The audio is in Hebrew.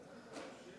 שתי